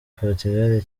portugal